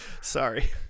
Sorry